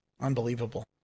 Unbelievable